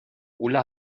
ulla